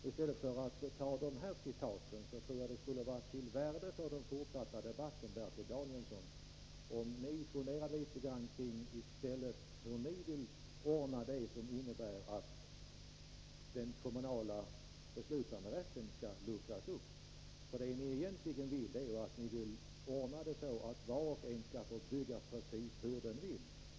I stället för att ta de här citaten tror jag att det skulle vara av värde för den fortsatta debatten, Bertil Danielsson, om ni i stället funderade litet över hur ni vill ordna det som innebär att den kommunala beslutanderätten skall luckras upp. För det ni egentligen vill är att ordna det på ett sådant sätt att var och en skall få bygga precis hur den vill.